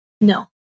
No